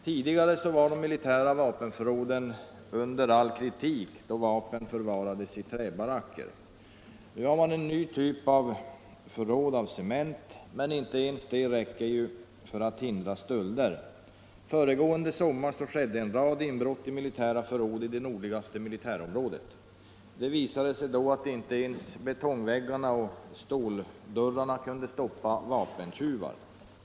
Tidigare, då vapen förvarades i träbaracker, var de militära vapenförråden under all kritik. Den nya typen av förråd är av betong, men inte ens det räcker för att hindra stölder. Förra sommaren skedde en rad inbrott i militära förråd i det nordligaste militärområdet. Detta visar att inte ens betongväggar och ståldörrar kunde stoppa vapentjuvarna.